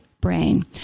brain